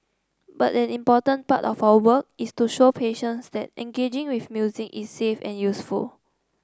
but an important part of our work is to show patients that engaging with music is safe and useful